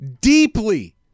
deeply